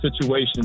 situation